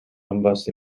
ambas